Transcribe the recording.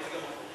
היו גם אחרים.